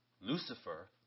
Lucifer